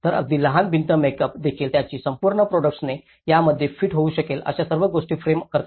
तर अगदी लहान भिंत मेकअप देखील त्यांची संपूर्ण प्रॉडक्ट्सने त्यामध्ये फिट होऊ शकेल अशा सर्व गोष्टी फ्रेम करते